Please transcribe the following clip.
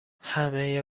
همه